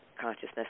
consciousness